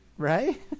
Right